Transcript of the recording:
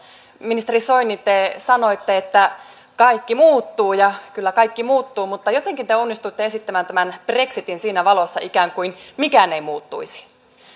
ministeri soini te sanoitte että kaikki muuttuu ja kyllä kaikki muuttuu mutta jotenkin te onnistuitte esittämään tämän brexitin siinä valossa että ikään kuin mikään ei muuttuisi